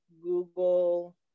Google